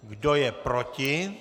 Kdo je proti?